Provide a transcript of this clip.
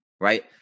Right